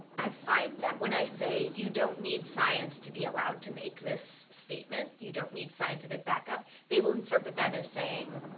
i find that when i say, you don't need science to be allowed to make this statement, you don't need scientific backup, they will interpret that as saying,